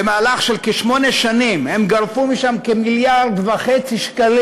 במהלך של כשמונה שנים הם גרפו משם כ-1.5 מיליארד שקלים.